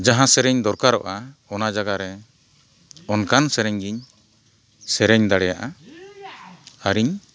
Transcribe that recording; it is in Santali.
ᱡᱟᱦᱟᱸ ᱥᱮᱨᱮᱧ ᱫᱚᱨᱠᱟᱨᱚᱜᱼᱟ ᱚᱱᱟ ᱡᱟᱭᱜᱟ ᱨᱮ ᱚᱱᱠᱟᱱ ᱥᱮᱨᱮᱧ ᱜᱤᱧ ᱥᱮᱨᱮᱧ ᱫᱟᱲᱮᱭᱟᱜᱼᱟ ᱟᱨᱤᱧ